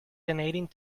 donating